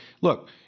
look